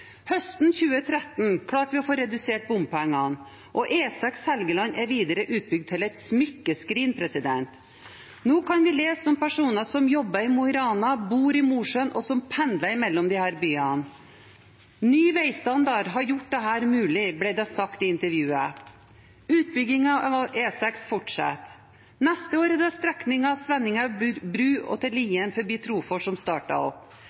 Høsten 2013 klarte vi å få redusert bompengene, og E6 Helgeland er videre utbygd til et smykkeskrin. Nå kan vi lese om personer som jobber i Mo i Rana, bor i Mosjøen, og som pendler mellom disse byene. Ny veistandard har gjort dette mulig, ble det sagt i intervjuet. Utbyggingen av E6 fortsetter. Neste år er det strekningen Svenningelv bru–Lien forbi Trofors som starter opp.